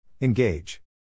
Engage